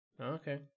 Okay